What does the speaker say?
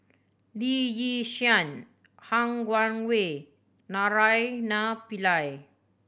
Lee Yi Shyan Han Guangwei Naraina Pillai